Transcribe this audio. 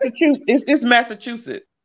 Massachusetts